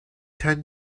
ten